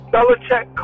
Belichick